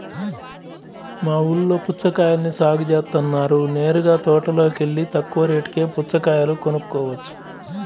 మా ఊల్లో పుచ్చకాయల్ని సాగు జేత్తన్నారు నేరుగా తోటలోకెల్లి తక్కువ రేటుకే పుచ్చకాయలు కొనుక్కోవచ్చు